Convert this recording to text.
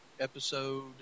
Episode